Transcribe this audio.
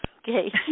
Okay